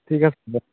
ঠিক আছে দিয়া